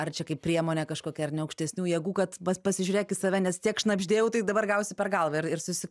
ar čia kaip priemonė kažkokia ar ne aukštesnių jėgų kad pas pasižiūrėk į save nes tiek šnabždėjau tai dabar gausi per galvą ir ir susi